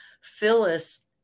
Phyllis